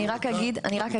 אני רק אגיד לחבר הכנסת.